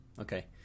okay